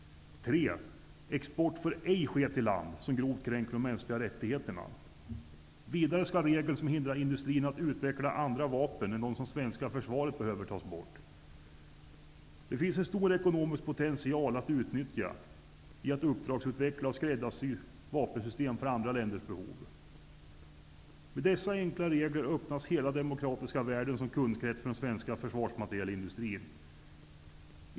3. Export får ej ske till land som grovt kränker de mänskliga rättigheterna. Vidare skall regeln som hindrar industrin att utveckla andra vapen än de som det svenska försvaret behöver tas bort. Det finns en stor ekonomisk potential att utnyttja i att uppdragsutveckla och skräddarsy vapensystem för andra länders behov. Med dessa enkla regler öppnas hela den demokratiska världen som kundkrets för den svenska försvarsmaterielindustrin.